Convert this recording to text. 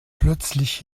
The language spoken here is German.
plötzlich